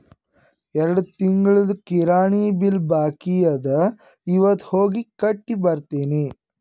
ಎರಡು ತಿಂಗುಳ್ದು ಕಿರಾಣಿ ಬಿಲ್ ಬಾಕಿ ಅದ ಇವತ್ ಹೋಗಿ ಕಟ್ಟಿ ಬರ್ತಿನಿ